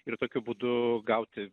ir tokiu būdu gauti